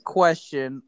question